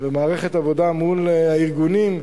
ומערכת עבודה מול הארגונים,